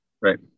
right